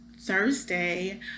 Thursday